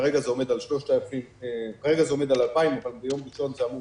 כרגע זה עומד על 2,000. אבל ביום ראשון זה אמור